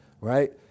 Right